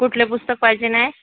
कुठले पुस्तक पाहिजेन आहे